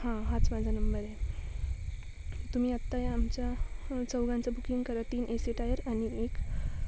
हां हाच माझा नंबर आहे तुम्ही आत्ता या आमच्या चौघांचं बुकिंग करा तीन ए सी टायर आणि एक